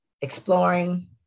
exploring